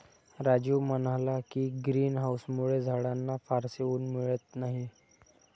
राजीव म्हणाला की, ग्रीन हाउसमुळे झाडांना फारसे ऊन मिळत नाही